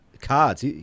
cards